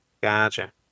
Gotcha